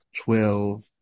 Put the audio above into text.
twelve